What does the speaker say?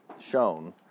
shown